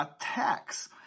Attacks